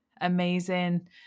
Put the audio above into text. amazing